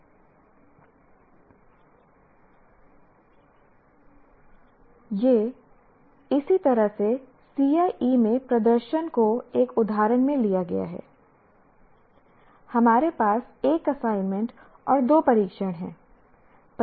यह इसी तरह से CIE में प्रदर्शन को एक उदाहरण में लिया गया है हमारे पास 1 असाइनमेंट और 2 परीक्षण हैं